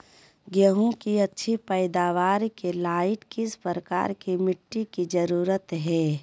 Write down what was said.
गेंहू की अच्छी पैदाबार के लाइट किस प्रकार की मिटटी की जरुरत है?